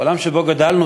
בעולם שבו גדלנו,